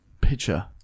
picture